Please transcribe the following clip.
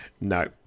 No